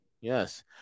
Yes